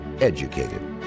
EDUCATED